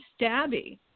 stabby